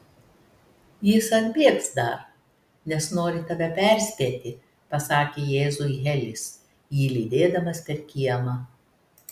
jis atbėgs dar nes nori tave perspėti pasakė jėzui helis jį lydėdamas per kiemą